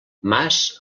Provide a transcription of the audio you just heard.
mas